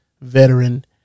Veteran